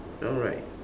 alright